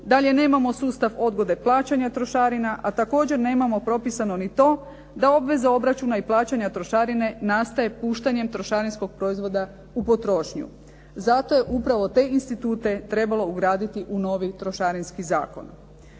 Dalje nemamo sustav odgode plaćanja trošarina, a također nemamo propisano ni to da obveze obračuna i plaćanja trošarine nastaje puštanjem trošarinskog proizvoda u potrošnju. Zato je upravo te institute trebalo ugraditi u novi Trošarinski zakon.